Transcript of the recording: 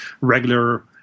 regular